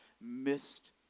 missed